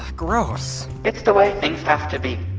gross it's the way things have to be.